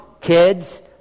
kids